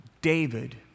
David